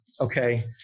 okay